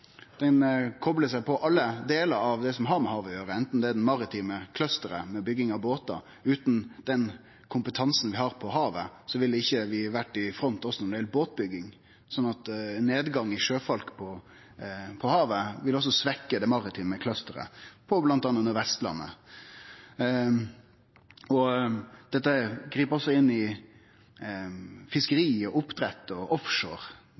koplar seg på alle delar av det som har med havet å gjere – den maritime clusteren med bygging av båtar. Utan den kompetansen vi har på havet, ville vi ikkje vore i front også når det gjeld båtbygging. Ein nedgang i talet på sjøfolk på havet vil også svekkje den maritime clusteren bl.a. på Vestlandet. Dette grip også inn i fiskeri, oppdrett og